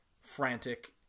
frantic